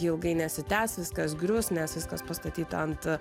ilgai nesitęs viskas grius nes viskas pastatyta ant